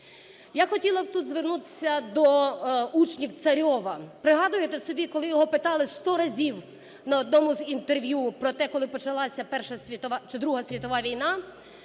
Я хотіла б тут звернутися до учнів Царьова. Пригадуєте собі, коли його питали сто разів на одному з інтерв'ю про те, коли почалася Перша світова… чи Друга світова війна,